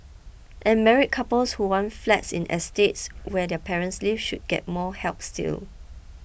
and married couples who want flats in estates where their parents live should get more help still